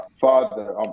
father